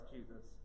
Jesus